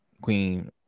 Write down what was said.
Queen